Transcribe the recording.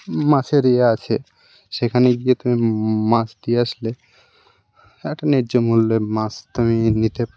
মাছের ইয়ে আছে সেখানে গিয়ে তুমি মাছ দিয়ে আসলে একটা ন্যায্য মূল্যে মাছ তুমি নিতে